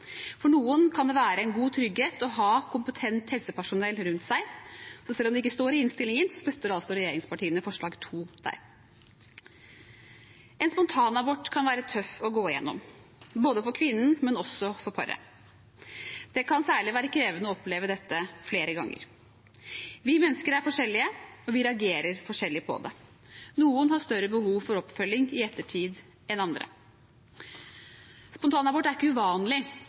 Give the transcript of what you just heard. For noen kan det være en trygghet å ha kompetent helsepersonell rundt seg. Så selv om det ikke står i innstillingen, støtter altså regjeringspartiene forslag nr. 2 der. En spontanabort kan være tøff å gå igjennom – for kvinnen, men også for paret. Det kan særlig være krevende å oppleve dette flere ganger. Vi mennesker er forskjellige, og vi reagerer forskjellig på det. Noen har større behov for oppfølging i ettertid enn andre. Spontanabort er ikke uvanlig,